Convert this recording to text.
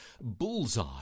bullseye